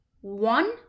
one